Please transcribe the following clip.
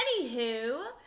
Anywho